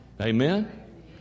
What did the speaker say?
Amen